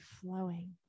flowing